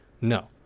No